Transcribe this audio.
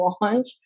launch